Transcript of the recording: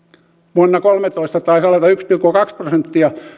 vuonna kolmetoista taisi yksi pilkku kaksi prosenttia